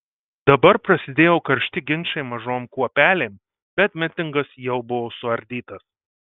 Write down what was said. dabar prasidėjo karšti ginčai mažom kuopelėm bet mitingas jau buvo suardytas